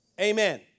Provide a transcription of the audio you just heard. Amen